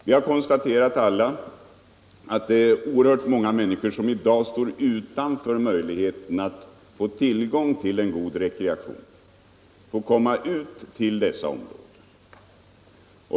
Vi har också alla konstaterat att oerhört många människor i dag står utanför alla möjligheter att komma ut till dessa områden och få en god rekreation.